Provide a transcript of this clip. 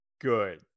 good